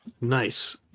Nice